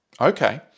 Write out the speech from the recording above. Okay